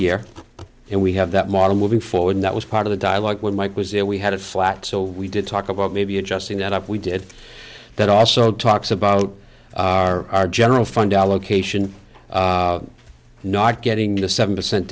year and we have that model moving forward that was part of the dialogue when mike was there we had a flat so we did talk about maybe adjusting that up we did that also talks about our general fund allocation not getting the seven percent